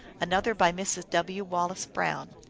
another by mrs. w. wallace brown.